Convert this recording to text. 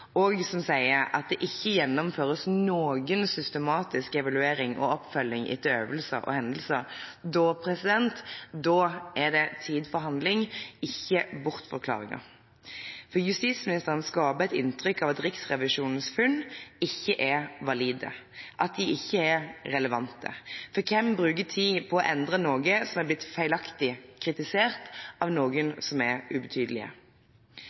– som sier at Justis- og beredskapsdepartementets styring og oppfølging av fylkesmennenes beredskapsarbeid er mangelfull, og at det ikke gjennomføres noen systematisk evaluering og oppfølging etter øvelser og hendelser, da er det tid for handling, ikke bortforklaringer. Justisministeren skaper et inntrykk av at Riksrevisjonens funn ikke er valide, at de ikke er relevante. For hvem bruker tid på å endre noe som er blitt feilaktig kritisert av noen som er ubetydelige?